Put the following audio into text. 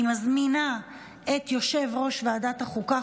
אני מזמינה את יושב-ראש ועדת החוקה,